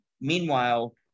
meanwhile